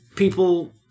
People